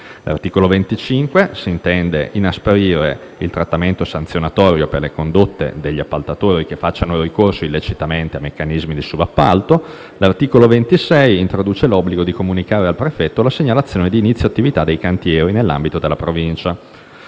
l'articolo 25, si intende inasprire il trattamento sanzionatorio per le condotte degli appaltatori che facciano ricorso illecitamente a meccanismi di subappalto. L'articolo 26 introduce l'obbligo di comunicare al prefetto la segnalazione di inizio attività dei cantieri nell'ambito della Provincia.